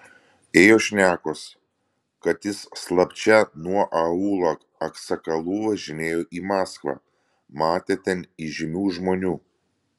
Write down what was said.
ėjo šnekos kad jis slapčia nuo aūlo aksakalų važinėjo į maskvą matė ten įžymių žmonių